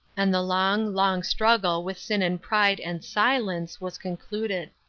and the long, long struggle with sin and pride and silence was concluded.